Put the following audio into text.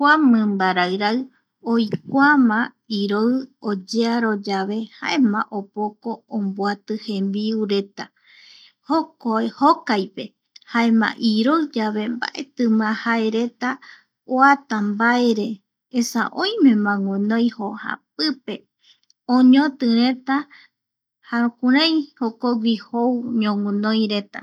Kua mimbararairai oikuama iroi oyearo yave jaema opoko omboati jembiu reta jokoi jokaipe jaema iroi yave mbaeti ma jae reta oata mbaere esa oimema guinoi jo japipe. Oñotireta jae jokogui jou ñoguinoi reta.